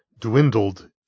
dwindled